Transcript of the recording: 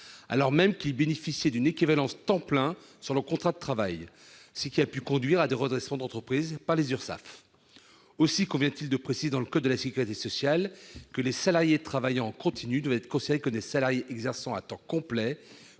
alors même qu'ils bénéficient d'une équivalence « temps plein » en vertu de leur contrat de travail. Cette situation a pu conduire à des redressements d'entreprises par les URSSAF. Aussi convient-il de préciser, dans le code de la sécurité sociale, que les salariés travaillant en continu doivent être considérés comme des salariés exerçant à temps complet